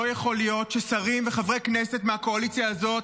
לא יכול להיות ששרים וחברי כנסת מהקואליציה הזאת